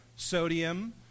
Sodium